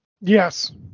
Yes